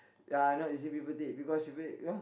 ya not using paper plate because paper plate you know